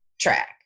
track